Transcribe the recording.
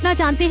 and job